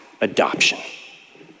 adoption